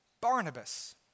Barnabas